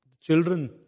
children